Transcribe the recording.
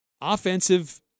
offensive